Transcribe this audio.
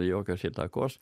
jokios įtakos